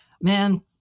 Man